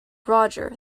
roger